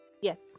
yes